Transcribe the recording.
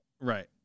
Right